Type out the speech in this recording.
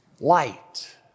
Light